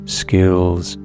skills